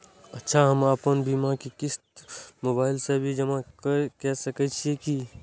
अच्छा हम आपन बीमा के क़िस्त मोबाइल से भी जमा के सकै छीयै की?